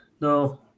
No